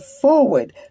forward